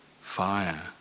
fire